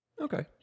Okay